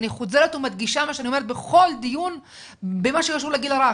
אני חוזרת ומדגישה מה שאני אומרת בכל דיון שקשור לגיל הרך.